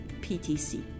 PTC